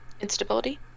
Instability